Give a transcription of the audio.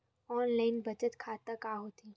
Online बचत खाता का होथे?